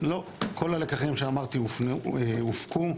כל הלקחים שאמרתי הופקו.